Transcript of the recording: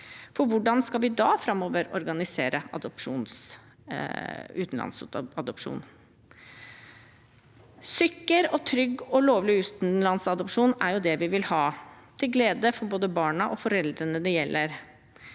Hvordan skal vi da framover organisere utenlandsadopsjon? Sikker, trygg og lovlig utenlandsadopsjon er det vi vil ha, til glede for både barna og foreldrene det gjelder.